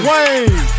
Wayne